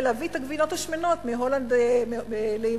בלהביא את הגבינות השמנות מהולנד לארץ.